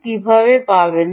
আপনি কি পাবেন